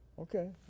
Okay